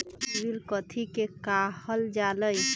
CIBIL कथि के काहल जा लई?